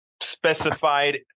specified